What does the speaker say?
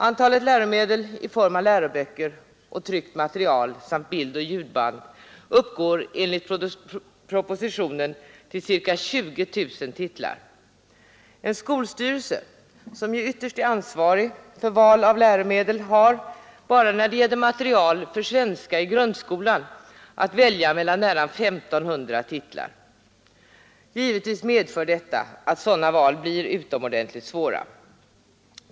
Antalet läromedel i form av läroböcker och tryckt material samt bildoch ljudband uppgår enligt propositionen till ca 20 000 titlar. En skolstyrelse, som ju ytterst är ansvarig för val av läromedel, har bara när det gäller material för svenska i grundskolan att välja mellan nära 1 500 titlar. Givetvis medför detta att sådana val blir utomordentligt svåra.